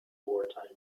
wartime